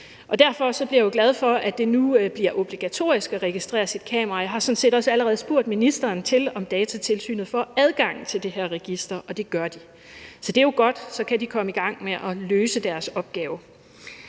derfor er jeg jo glad for, at det nu bliver obligatorisk at registrere sit kamera. Jeg har sådan set også allerede spurgt ministeren, om Datatilsynet får adgang til det her register, og det gør de. Det er jo godt, for så kan de komme i gang med at løse deres opgave.